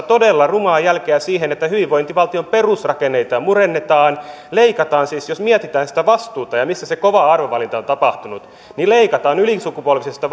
todella rumaa jälkeä siinä että hyvinvointivaltion perusrakenteita murennetaan leikataan siis jos mietitään sitä vastuuta ja sitä missä se kova arvovalinta on tapahtunut ylisukupolvisesta